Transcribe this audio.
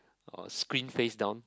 or screen faced down